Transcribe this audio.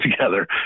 together